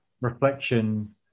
reflection